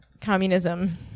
communism